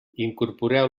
incorporeu